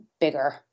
bigger